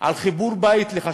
על חיבור בית לחשמל.